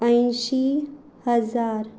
अंयशीं हजार